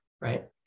right